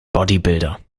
bodybuilder